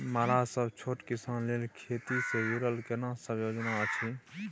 मरा सब छोट किसान लेल खेती से जुरल केना सब योजना अछि?